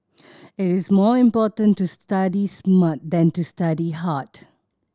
it is more important to study smart than to study hard